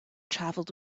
travelled